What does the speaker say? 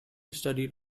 studied